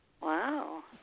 Wow